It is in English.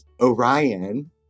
Orion